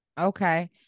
Okay